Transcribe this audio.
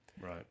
Right